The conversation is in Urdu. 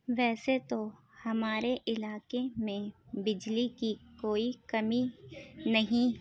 ویسے تو ہمارے علاقے میں بجلی کی کوئی کمی نہیں